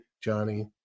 Johnny